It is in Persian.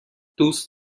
دوست